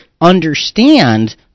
understand